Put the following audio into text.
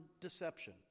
deception